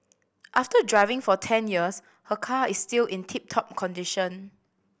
after driving for ten years her car is still in tip top condition